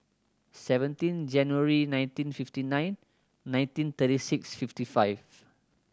seventeen January nineteen fifty nine nineteen thirty six fifty five